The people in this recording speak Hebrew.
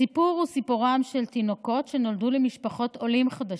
הסיפור הוא סיפורם של תינוקות שנולדו למשפחות עולים חדשים,